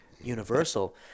universal